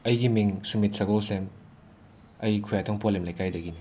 ꯑꯩꯒꯤ ꯃꯤꯡ ꯁꯨꯃꯤꯠ ꯁꯒꯣꯜꯁꯦꯝ ꯑꯩ ꯈꯨꯌꯥꯊꯣꯡ ꯄꯣꯂꯦꯝ ꯂꯩꯀꯥꯏꯗꯒꯤꯅꯤ